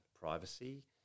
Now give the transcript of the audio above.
privacy